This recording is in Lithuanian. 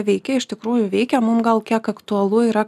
veikia iš tikrųjų veikia mum gal kiek aktualu yra